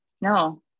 No